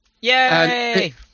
Yay